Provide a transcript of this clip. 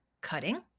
cutting